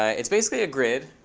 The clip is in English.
ah it's basically a grid,